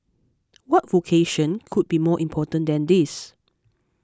what vocation could be more important than this